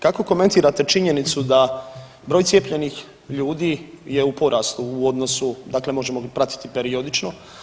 Kako komentirate činjenicu da broj cijepljenih ljudi je u porastu u odnosu, dakle možemo li pratiti periodično?